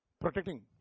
Protecting